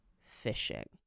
fishing